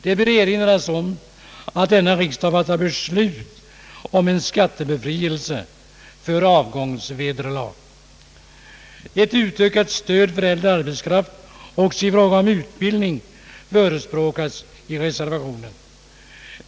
Det bör erinras om att denna riksdag har fattat beslut om skattebefrielse för avgångsvederlag. Ett utökat stöd för äldre arbetskraft också i fråga om utbildning förespråkas 1 reservationen.